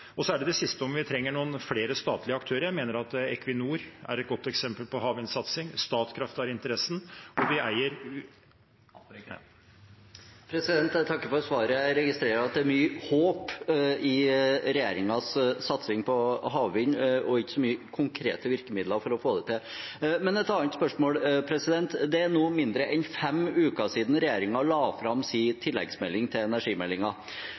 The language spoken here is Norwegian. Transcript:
siste, om vi trenger noen flere statlige aktører: Jeg mener at Equinor er et godt eksempel når det gjelder havvindsatsing. Statkraft har interessen, og vi eier ... Jeg takker for svaret. Jeg registrerer at det er mye håp i regjeringens satsing på havvind og ikke så mange konkrete virkemidler for å få det til. Et annet spørsmål: Det er nå mindre enn fem uker siden regjeringen la fram sin tilleggsmelding til